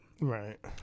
Right